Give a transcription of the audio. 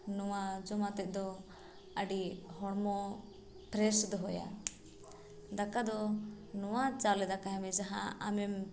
ᱱᱚᱣᱟ ᱡᱚᱢ ᱠᱟᱛᱮᱫ ᱫᱚ ᱟᱹᱰᱤ ᱦᱚᱲᱢᱚ ᱯᱷᱨᱮᱥ ᱫᱚᱦᱚᱭᱟ ᱫᱟᱠᱟ ᱫᱚ ᱱᱚᱣᱟ ᱪᱟᱣᱞᱮ ᱫᱟᱠᱟᱭ ᱢᱮ ᱡᱟᱦᱟᱸ ᱟᱢᱮᱢ